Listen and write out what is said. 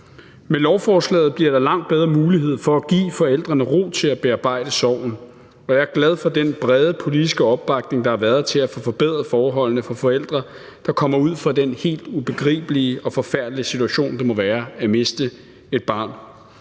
Med lovforslaget bliver der langt bedre mulighed for at give forældrene ro til at bearbejde sorgen, og jeg er glad for den brede politiske opbakning, der har været, til at få forbedret forholdene for forældre, der kommer ud for den helt ubegribelige og forfærdelige situation, det må være at miste et barn.